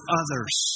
others